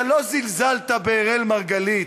אתה לא זלזלת באראל מרגלית,